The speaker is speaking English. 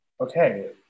okay